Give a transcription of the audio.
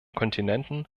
kontinenten